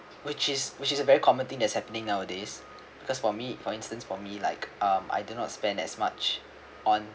which is which is a very common thing that's happening nowadays because for me for instance for me like um I do not spend as much on